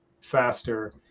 faster